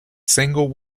single